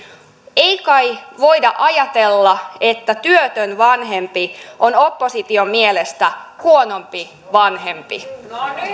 ei kai voida ajatella että työtön vanhempi on opposition mielestä huonompi vanhempi